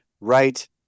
Right